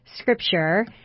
Scripture